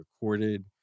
recorded